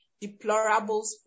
deplorable